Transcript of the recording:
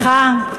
סליחה,